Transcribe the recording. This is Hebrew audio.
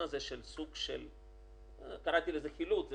הוא